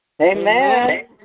Amen